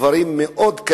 דברים קשים מאוד.